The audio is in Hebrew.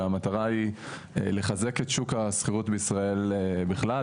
שהמטרה היא לחזק את שוק השכירות בישראל בכלל,